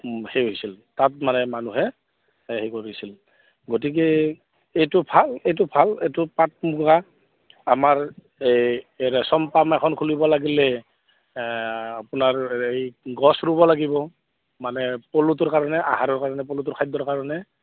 হেৰি হৈছিল তাত মানে মানুহে হেৰি কৰিছিল গতিকে এইটো ভাল এইটো ভাল এইটো পাট মুগা আমাৰ এই ৰেচম পাম এখন খুলিব লাগিলে আপোনাৰ হেৰি গছ ৰুব লাগিব মানে পলুটোৰ কাৰণে আহাৰৰ কাৰণে পলুটোৰ খাদ্যৰ কাৰণে